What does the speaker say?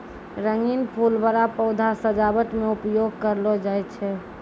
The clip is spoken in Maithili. रंगीन फूल बड़ा पौधा सजावट मे उपयोग करलो जाय छै